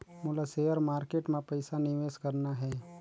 मोला share market मां पइसा निवेश करना हे?